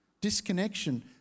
Disconnection